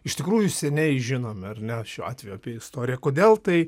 iš tikrųjų seniai žinome ar ne šiuo atveju apie istoriją kodėl tai